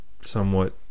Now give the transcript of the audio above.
somewhat